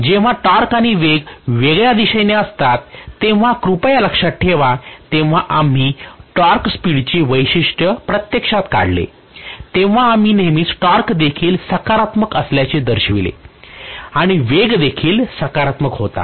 जेव्हा टॉर्क आणि वेग वेगळ्या दिशेने असतात तेव्हा कृपया लक्षात ठेवा तेव्हा आम्ही टॉर्क स्पीडचे वैशिष्ट्य प्रत्यक्षात काढले तेव्हा आम्ही नेहमीच टॉर्क देखील सकारात्मक असल्याचे दर्शविले आणि वेग देखील सकारात्मक होता